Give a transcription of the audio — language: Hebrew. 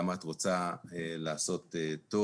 כמה את רוצה לעשות טוב.